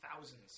thousands